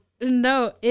No